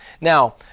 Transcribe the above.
now